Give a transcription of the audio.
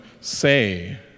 say